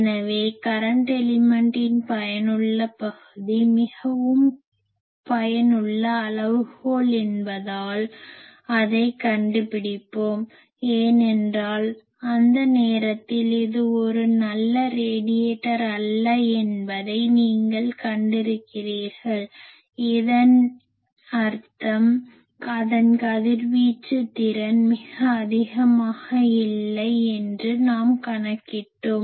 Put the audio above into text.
எனவே கரன்ட் எலிமென்ட்டின் பயனுள்ள பகுதி மிகவும் பயனுள்ள அளவுகோல் என்பதால் அதைக் கண்டுபிடிப்போம் ஏனென்றால் அந்த நேரத்தில் இது ஒரு நல்ல ரேடியேட்டர் அல்ல என்பதை நீங்கள் கண்டிருக்கிறீர்கள் இதன் அர்த்தம் அதன் கதிர்வீச்சு திறன் மிக அதிகமாக இல்லை என்று நாம் கணக்கிட்டோம்